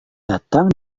datang